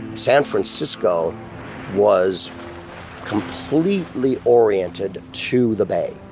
san francisco was completely oriented to the bay.